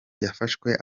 yafashwe